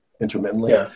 intermittently